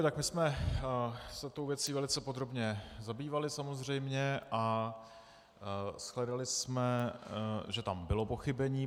Tak my jsme se tou věcí velice podrobně zabývali samozřejmě a shledali jsme, že tam bylo pochybení.